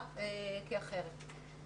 נקבעה כאחרת.